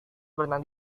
berenang